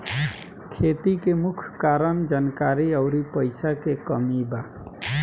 खेती के मुख्य कारन जानकारी अउरी पईसा के कमी बा